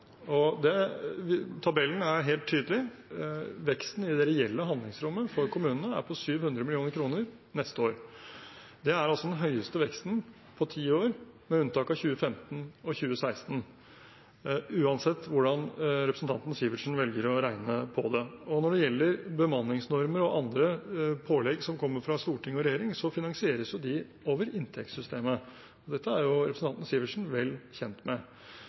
Tabellen er helt tydelig – veksten i det reelle handlingsrommet for kommunene er på 700 mill. kr neste år. Det er altså den største veksten på ti år, med unntak av 2015 og 2016, uansett hvordan representanten Sivertsen velger å regne på det. Når det gjelder bemanningsnormer og andre pålegg som kommer fra storting og regjering, finansieres jo de over inntektssystemet. Dette er representanten Sivertsen vel kjent med.